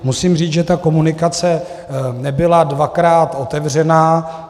Musím říct, že ta komunikace nebyla dvakrát otevřená.